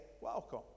welcome